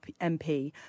MP